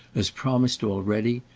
as promised already,